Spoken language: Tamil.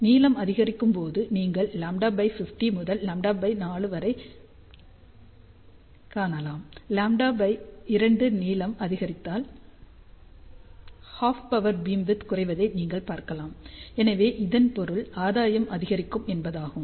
நீளம் அதிகரிக்கும்போது நீங்கள் λ 50 முதல் λ 4 வரை காணலாம் λ 2 நீளம் அதிகரித்தால் ஹாஃப் பவர் பீம்விட்த் குறைவதை நீங்கள் பார்க்கலாம் எனவே இதன் பொருள் ஆதாயம் அதிகரிக்கும் என்பதாகும்